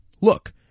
Look